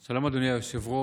שלום, אדוני היושב-ראש.